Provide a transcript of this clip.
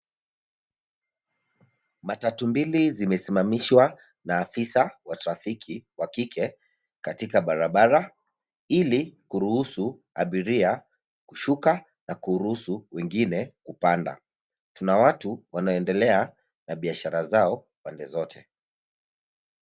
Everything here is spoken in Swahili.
Matatu mbili zimesimamishwa na afisa wa trafiki wa kike katika barabara ili kuruhusu abiria kushuka na kuruhusu wengine kupanda. Tunawatu wanaoendelea na biashara zao pande zote.